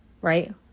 right